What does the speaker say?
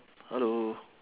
hello